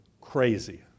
crazy